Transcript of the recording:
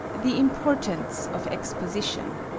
the importance of exposition